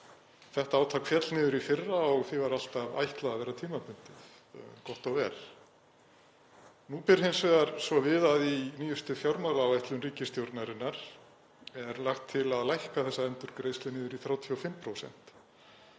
Þetta átak féll niður í fyrra og því var alltaf ætlað að vera tímabundið. Gott og vel. Nú ber hins vegar svo við að í nýjustu fjármálaáætlun ríkisstjórnarinnar er lagt til að lækka þessa endurgreiðslu niður í 35%,